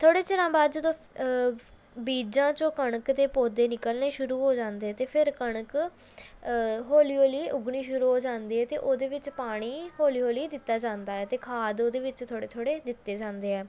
ਥੋੜ੍ਹੇ ਚਿਰਾਂ ਬਾਅਦ ਜਦੋਂ ਬੀਜਾਂ 'ਚੋਂ ਕਣਕ ਦੇ ਪੌਦੇ ਨਿਕਲਣੇ ਸ਼ੁਰੂ ਹੋ ਜਾਂਦੇ ਅਤੇ ਫਿਰ ਕਣਕ ਹੌਲੀ ਹੌਲੀ ਉੱਗਣੀ ਸ਼ੁਰੂ ਹੋ ਜਾਂਦੀ ਹੈ ਅਤੇ ਉਹਦੇ ਵਿੱਚ ਪਾਣੀ ਹੌਲੀ ਹੌਲੀ ਦਿੱਤਾ ਜਾਂਦਾ ਹੈ ਅਤੇ ਖਾਦ ਉਹਦੇ ਵਿੱਚ ਥੋੜ੍ਹੇ ਥੋੜ੍ਹੇ ਦਿੱਤੇ ਜਾਂਦੇ ਹੈ